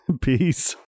peace